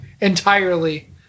entirely